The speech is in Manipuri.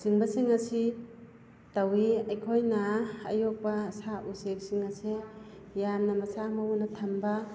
ꯆꯤꯡꯕꯁꯤꯡ ꯑꯁꯤ ꯇꯧꯏ ꯑꯩꯈꯣꯏꯅ ꯑꯌꯣꯛꯄ ꯁꯥ ꯎꯆꯦꯛꯁꯤꯡ ꯑꯁꯦ ꯌꯥꯝꯅ ꯃꯁꯥ ꯃꯎꯅ ꯊꯝꯕ